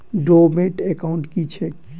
Dormant account की छैक?